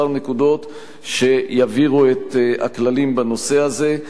כמה נקודות שיבהירו את הכללים בנושא הזה.